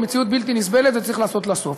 היא מציאות בלתי נסבלת וצריך לעשות לה סוף.